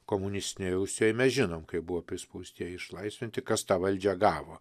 komunistinėj rusijoj mes žinom kaip buvo prispaustieji išlaisvinti kas tą valdžią gavo